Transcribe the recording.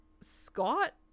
Scott